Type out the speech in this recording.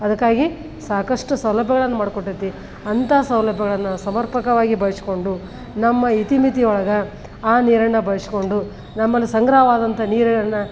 ಅದಕ್ಕಾಗಿ ಸಾಕಷ್ಟು ಸೌಲಭ್ಯಗಳನ್ನು ಮಾಡಿಕೊಟ್ಟೈತಿ ಅಂಥ ಸೌಲಭ್ಯಗಳನ್ನು ಸಮರ್ಪಕವಾಗಿ ಬಳಸ್ಕೊಂಡು ನಮ್ಮ ಇತಿಮಿತಿ ಒಳಗೆ ಆ ನೀರನ್ನು ಬಳಸ್ಕೊಂಡು ನಮ್ಮಲ್ಲಿ ಸಂಗ್ರಹವಾದಂಥ ನೀರನ್ನು